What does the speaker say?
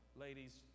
Ladies